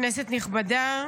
כנסת נכבדה,